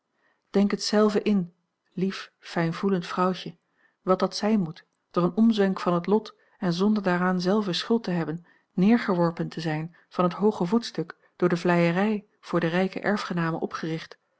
het zelve in lief fijn voelend vrouwtje wat dat zijn moet door een omzwenk van het lot en zonder daaraan zelve schuld te hebben neergeworpen te zijn van het hooge voetstuk door de vleierij voor de rijke erfgename opgericht